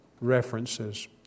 references